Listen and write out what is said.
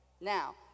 now